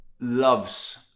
loves